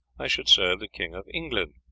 i should serve the king of england.